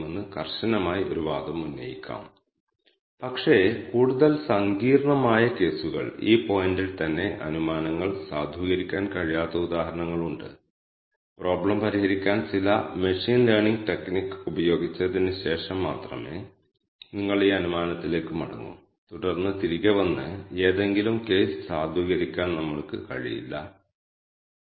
Kmeans അത്തരത്തിലുള്ള ഒരു supervised അല്ലാത്ത ഒരു ലേണിങ് ടെക്ക്നിക് ആണ് ഈ K മീൻസ് ഫംഗ്ഷൻ ഉപയോഗിച്ച് R ൽ K മീൻസ് ക്ലസ്റ്ററിംഗ് നടപ്പിലാക്കാൻ കഴിയും